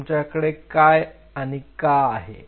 तुमच्याकडे काय आणि का आहे